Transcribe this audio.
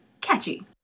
Catchy